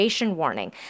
warning